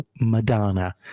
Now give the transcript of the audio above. Madonna